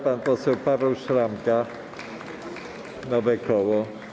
Pan poseł Paweł Szramka, nowe koło.